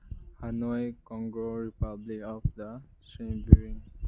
ꯍꯥꯅꯣꯏ Congo republic of the